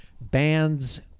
band's